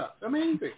amazing